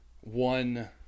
one